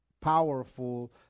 powerful